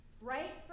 Right